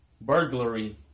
Burglary